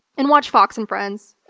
and watch fox and friends.